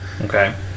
Okay